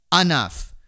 enough